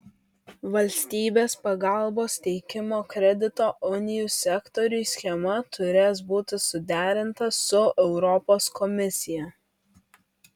valstybės pagalbos teikimo kredito unijų sektoriui schema turės būti suderinta su europos komisija